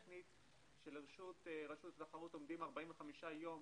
לרשות התחרות עומדים 45 יום